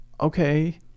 okay